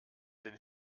den